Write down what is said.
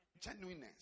Genuineness